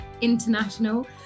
international